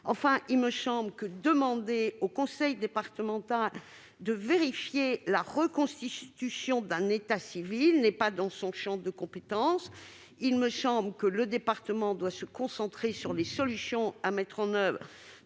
satisfait. En outre, demander au conseil départemental de vérifier la reconstitution d'un état civil ne relève pas de son champ de compétences. Il me semble que le département doit se concentrer sur les solutions à mettre en oeuvre